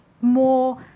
more